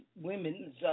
women's